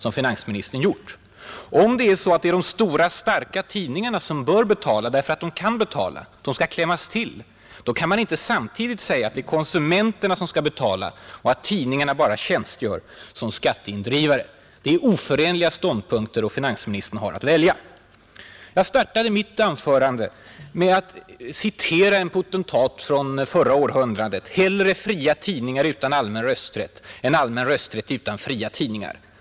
Om det är de stora starka tidningarna som bör betala därför att de kan betala och alltså skall klämmas till — då kan man inte samtidigt säga att det är konsumenterna som skall betala och att tidningarna bara tjänstgör som skatteindrivare. Det är oförenliga ståndpunkter, och finansministern har att välja mellan dem. Jag startade mitt anförande med att citera en potentat från förra århundradet: Hellre fria tidningar utan allmän rösträtt än allmän rösträtt utan fria tidningar.